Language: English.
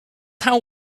how